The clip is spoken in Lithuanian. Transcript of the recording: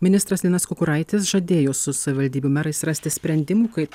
ministras linas kukuraitis žadėjo su savivaldybių merais rasti sprendimų kaip